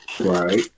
Right